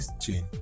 chain